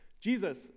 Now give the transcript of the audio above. Jesus